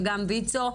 נציגת ויצ"ו,